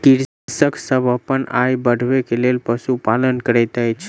कृषक सभ अपन आय बढ़बै के लेल पशुपालन करैत अछि